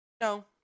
No